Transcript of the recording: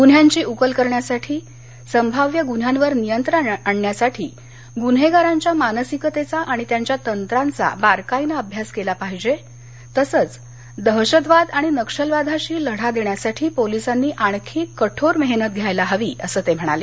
गुन्ह्यांची उकल करण्यासाठी संभाव्य गुन्ह्यांवर नियंत्रण आणण्यासाठी गुन्हेगारांच्या मानसिकतेचा आणि त्यांच्या तंत्रांचा बारकाईनं अभ्यास केला पाहिजे तसंच दहशतवाद आणि नक्षलवादाशी लढा देण्यासाठी पोलिसांनी आणखी कठोर मेहनत घ्यायला हवी असं ते म्हणाले